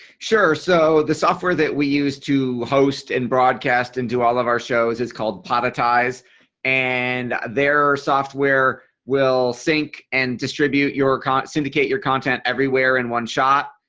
sure. so the software that we use to host and broadcast and do all of our shows is called prodoties and their software will sync and distribute your syndicate your content everywhere in one shot.